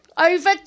Over